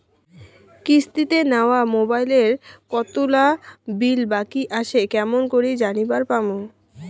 কিস্তিতে নেওয়া মোবাইলের কতোলা বিল বাকি আসে কেমন করি জানিবার পামু?